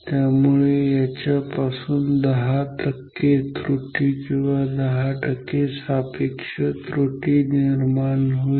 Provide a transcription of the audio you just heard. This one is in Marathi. त्यामुळे याच्या पासून 10 टक्के त्रुटी किंवा 10 टक्के सापेक्ष त्रुटी निर्माण होईल